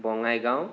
Bongaigaon